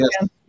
yes